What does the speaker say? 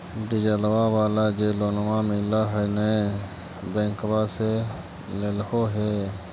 डिजलवा वाला जे लोनवा मिल है नै बैंकवा से लेलहो हे?